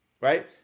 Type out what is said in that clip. right